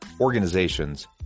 organizations